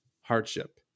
hardship